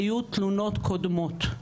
היו תלונות קודמות.